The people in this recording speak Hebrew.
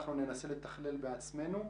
אנחנו ננסה לתכלל בעצמנו.